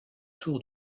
tour